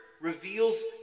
reveals